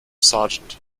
sergeant